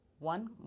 One